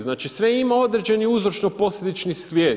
Znači sve ima određeni uzročno-posljedični slijed.